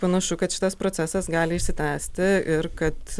panašu kad šitas procesas gali išsitęsti ir kad